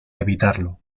evitarlo